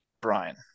Brian